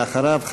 ואחריו,